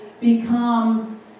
become